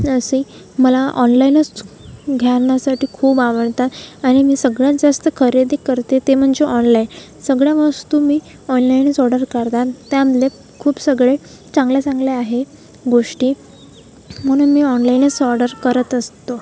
जसे मला ऑनलाईनच घेण्यासाठी खूप आवडतात आणि मी सगळ्यात जास्त खरेदी करते ते म्हणजे ऑनलाईन सगळ्या वस्तू मी ऑनलाईनच ऑर्डर करदान त्यामुळे खूप सगळे चांगल्याचांगल्या आहे गोष्टी म्हणून मी ऑनलाईनच ऑर्डर करत असतो